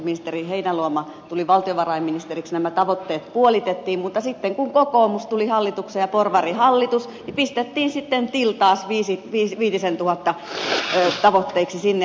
heinäluoma tuli valtiovarainministeriksi nämä tavoitteet puolitettiin mutta sitten kun kokoomus tuli hallitukseen ja tuli porvarihallitus niin pistettiin sitten till taas viitisentuhatta tavoitteeksi sinne